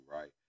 right